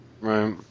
Right